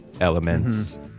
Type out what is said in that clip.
Elements